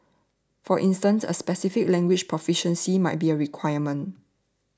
for instance a specific language proficiency might be a requirement